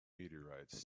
meteorites